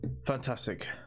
Fantastic